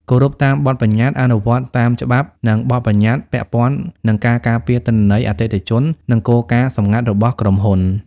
គោរពតាមបទប្បញ្ញត្តិ អនុវត្តតាមច្បាប់ និងបទប្បញ្ញត្តិពាក់ព័ន្ធនឹងការការពារទិន្នន័យអតិថិជននិងគោលការណ៍សម្ងាត់របស់ក្រុមហ៊ុន។